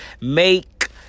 make